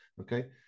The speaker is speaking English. okay